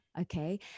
Okay